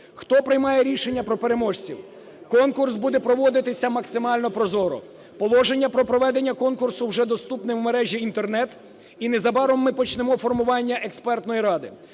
Хто приймає рішення про переможців? Конкурс буде проводитися максимально прозоро, положення про проведення конкурсу вже доступне в мережі Інтернет, і незабаром ми почнемо формування експертної ради,